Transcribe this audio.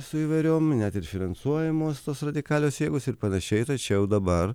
su įvairiom net ir finansuojamos tos radikalios jėgos ir panašiai tačiau dabar